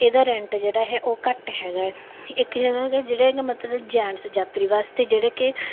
ਇਹਦਾ ਰੈਂਟ ਜਿਹੜਾ ਹੈ ਉਹ ਘੱਟ ਹੈਗਾ ਇੱਕ ਹੈਗਾ ਕਿ ਜਿਹੜੇ ਕਿ ਮਤਲਬ ਜੈਂਟਸ ਯਾਤਰੀ ਵਾਸਤੇ ਜਿਹੜੇ ਕਿ